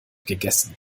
gegessen